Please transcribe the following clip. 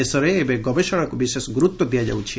ଦେଶରେ ଏବେ ଗବେଷଣାକୁ ବିଶେଷ ଗୁରୁତ୍ୱ ଦିଆଯାଉଛି